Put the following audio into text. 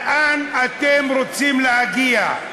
לאן אתם רוצים להגיע?